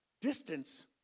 distance